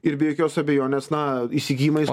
ir be jokios abejonės na įsigijimais